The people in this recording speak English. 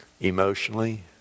emotionally